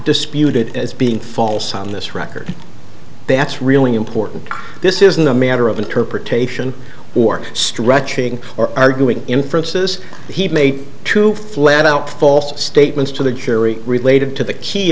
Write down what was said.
disputed as being false on this record that's really important this isn't a matter of interpretation or stretching or arguing inferences he made to flat out false statements to the jury related to the key